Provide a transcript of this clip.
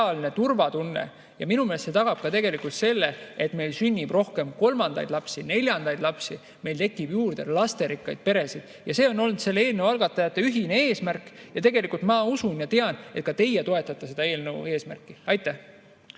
sotsiaalne turvatunne. Ja minu meelest see tagab ka selle, et meil sünnib rohkem kolmandaid lapsi, neljandaid lapsi, meil tekib juurde lasterikkaid peresid. See on olnud eelnõu algatajate ühine eesmärk. Ja tegelikult ma usun ja tean, et ka teie toetate seda eelnõu eesmärki. Rene